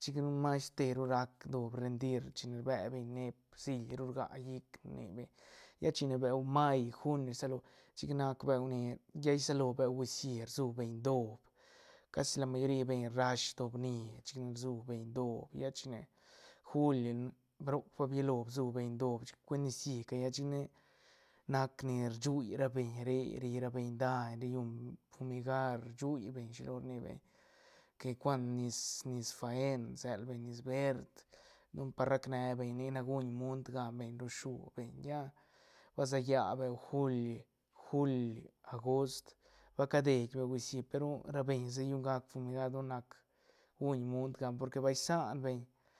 chic mas teru rac doob rendir chine rbe beñ neep siil ru rga llicne rni beñ chine beu may juin rsalo chic nac beu ni llai salo beu gucií rsu beñ doob casi la mayori beñ rash doob ni chin rsu beñ doob lla chine juil roc ba bilio bsu beñ doob chic cuen nicií callab chic ne nac ni rshull ra beñ re ri ra beñ daiñ ri llun fumigar rshull beñ shilo rni beñ que cuan nis- nis faen rsel beñ nis verd don par rac ne beñ de nac guñ munt gan beñ lo shú beñ ya ba se lla beu juil- juil agost va cadei beu gucií pe ru nu ra beñ se llun gac fumigar don nac guñ munt gan porque bal sian beñ.